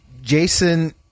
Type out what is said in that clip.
Jason